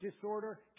disorder